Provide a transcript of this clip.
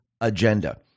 agenda